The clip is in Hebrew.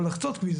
לחצות כביש,